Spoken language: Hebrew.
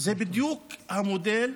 זה בדיוק המודל.